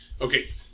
Okay